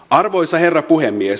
arvoisa herra puhemies